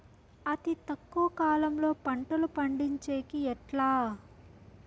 అతి తక్కువ కాలంలో పంటలు పండించేకి ఎట్లా?